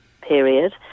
period